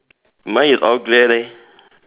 mine is all grey leh